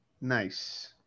Nice